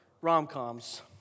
rom-coms